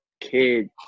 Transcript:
kid